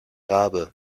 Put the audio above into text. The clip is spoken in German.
rabe